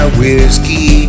whiskey